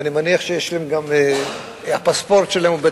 ואני מניח שהפספורט שלהם הוא,